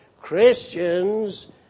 Christians